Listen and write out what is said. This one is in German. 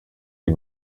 die